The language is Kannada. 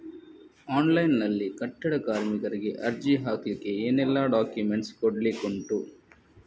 ಆನ್ಲೈನ್ ನಲ್ಲಿ ಕಟ್ಟಡ ಕಾರ್ಮಿಕರಿಗೆ ಅರ್ಜಿ ಹಾಕ್ಲಿಕ್ಕೆ ಏನೆಲ್ಲಾ ಡಾಕ್ಯುಮೆಂಟ್ಸ್ ಕೊಡ್ಲಿಕುಂಟು?